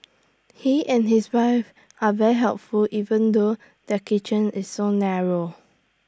he and his wife are very helpful even though their kitchen is so narrow